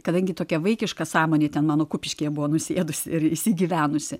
kadangi tokia vaikiška sąmonė ten mano kupiškyje buvo nusėdus ir įsigyvenusi